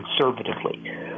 conservatively